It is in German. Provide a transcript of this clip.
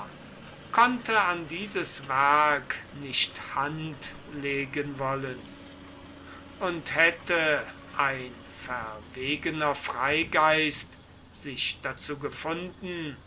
konnte an dieses werk nicht hand legen wollen und hätte ein verwegener freigeist sich dazu gefunden